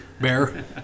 Bear